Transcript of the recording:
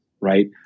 right